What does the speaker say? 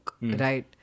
right